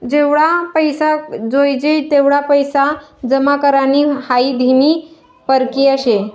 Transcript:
जेवढा पैसा जोयजे तेवढा पैसा जमा करानी हाई धीमी परकिया शे